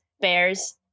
bears